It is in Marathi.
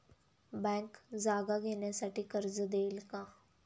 बँक जागा घेण्यासाठी कर्ज देईल का?